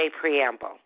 Preamble